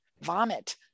vomit